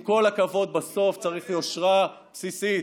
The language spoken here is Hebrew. עם כל הכבוד, בסוף צריך יושרה בסיסית.